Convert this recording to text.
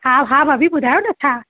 हा हा भाभी ॿुधायो न छा